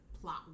plot